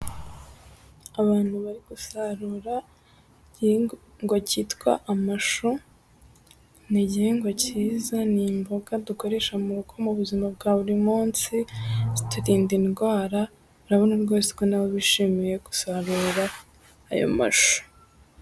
Abantu bari gusarura igihingwa cyitwa amashu, ni igihingwa cyiza, ni imboga dukoresha mu rugo mu buzima bwa buri munsi ,ziturinda indwara, urabona rwose ko na bo bishimiye gusarura ayo mashu.